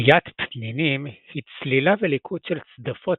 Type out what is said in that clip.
שליית פנינים היא צלילה וליקוט של צדפות